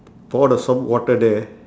pour the soap water there